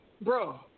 bro